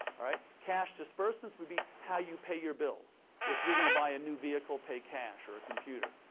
all right, cash disbursements would be how you pay your bills. if you're going to buy a new vehicle, pay cash, or a computer,